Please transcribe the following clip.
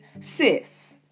sis